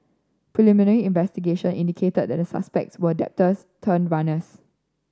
preliminary investigation indicated that the suspects were debtors turned runners